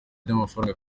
by’amafaranga